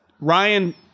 Ryan